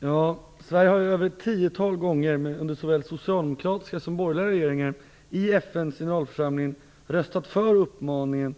Fru talman! Sverige har över ett tiotal gånger under såväl socialdemokratiska som borgerliga regeringar i FN:s generalförsamling röstat för uppmaningen